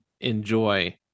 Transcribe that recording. enjoy